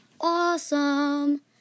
awesome